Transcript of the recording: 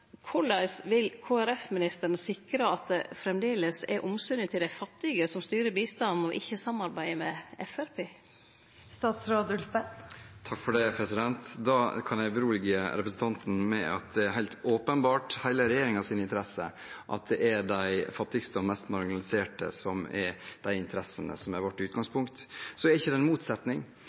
til dei fattige som styrer bistanden, og ikkje samarbeidet med Framstegspartiet? Jeg kan berolige representanten Navarsete med at det er helt åpenbart i hele regjeringens interesse at det er de fattigste og mest marginaliserte som er vårt utgangspunkt. Det er ikke noen motsetning, slik vi ser det,